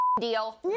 deal